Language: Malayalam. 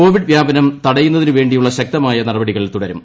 കോവിഡ് വ്യാപനം തടയുന്നതിനുവേണ്ടിയുള്ള ശക്തമായ നടപടികൾ തുടരും